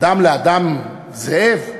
אדם לאדם זאב?